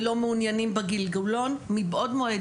ולא מעוניינים בגלגולון מבעוד מועד,